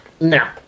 no